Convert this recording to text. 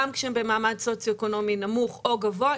גם כשהם במעמד סוציו-אקונומי נמוך או גבוה,